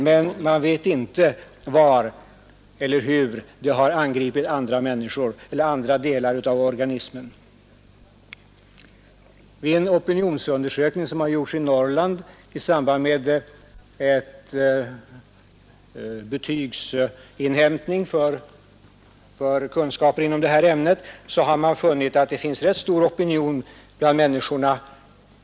Men man vet alltså inte tillräckligt ingående var eller hur den angripit andra delar av organismen. Vid en opinionsundersökning som gjorts i Norrland i samband med kunskapsinhämtning för betyg på kunskaper i det här ämnet har man dock funnit att det finns en ganska stor opinion mot fluoridering.